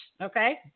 okay